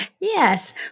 yes